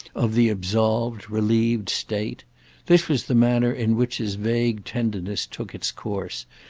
of the absolved, relieved state this was the manner in which his vague tenderness took its course,